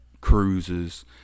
cruises